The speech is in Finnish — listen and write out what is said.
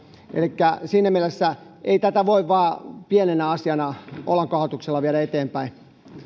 elikkä siinä mielessä ei tätä voi vain pienenä asiana olankohautuksella viedä eteenpäin no